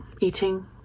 eating